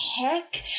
heck